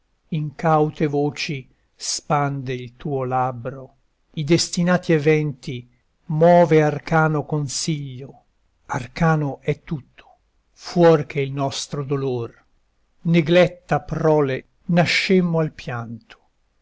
incaute voci spande il tuo labbro i destinati eventi move arcano consiglio arcano è tutto fuor che il nostro dolor negletta prole nascemmo al pianto